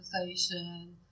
conversation